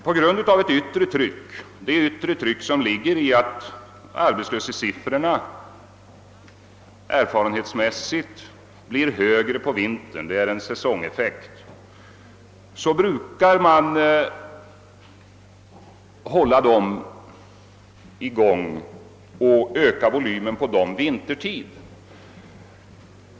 På grund av det yttre tryck som ligger i att arbetslöshetssiffrorna erfarenhetsmässigt blir högre på vintern — det är en säsongeffekt — brukar man öka volymen på beredskapsarbetena vintertid.